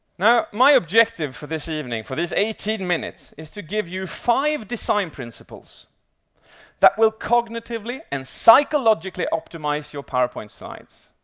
now, my objective for this evening, for these eighteen minutes, is to give you five design principles that will cognitively and psychologically optimise your powerpoint slides.